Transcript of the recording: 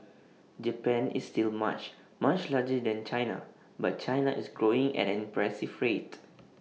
Japan is still much much larger than China but China is growing at an impressive rate